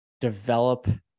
develop